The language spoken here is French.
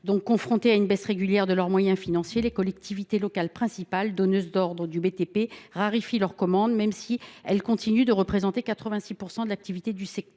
Confrontées à une baisse régulière de leurs moyens financiers, les collectivités locales, principales donneuses d’ordre du BTP, raréfient leurs commandes, même si elles continuent de représenter 86 % de l’activité du secteur.